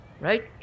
Right